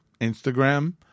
Instagram